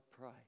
pray